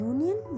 Union